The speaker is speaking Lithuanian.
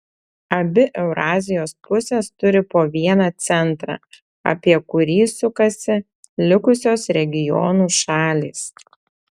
abi eurazijos pusės turi po vieną centrą apie kurį sukasi likusios regionų šalys